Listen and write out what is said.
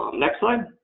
um next slide.